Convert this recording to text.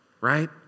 Right